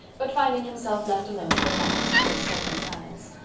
but finding himself left alone, relapsed into sulky silence.